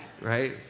right